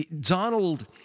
Donald